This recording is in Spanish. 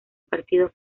partido